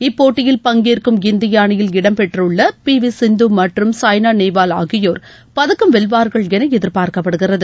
இப்போட்டியில் பங்கேற்கும் இந்திய அணியில் இடம் பெற்றுள்ள பி வி சிந்து மற்றும் சாய்னா நேவால் ஆகியோர் பதக்கம் வெல்வார்கள் என எதிர்பார்க்கப்படுகிறது